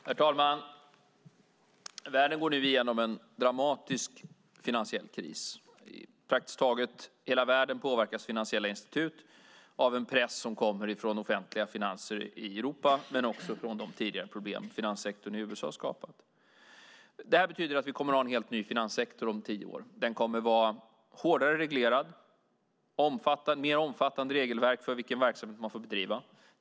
Herr talman! Världen går nu igenom en dramatisk finansiell kris. I praktiskt taget hela världen påverkas finansiella institut av en press som kommer från offentliga finanser i Europa, men också från de tidigare problem som finanssektorn i USA skapat. Det betyder att vi kommer att ha en helt ny finanssektor om tio år. Den kommer att vara hårdare reglerad. Den kommer att ha ett mer omfattande regelverk för vilken verksamhet man får bedriva.